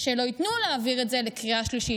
שלא ייתנו להעביר את זה לקריאה שלישית,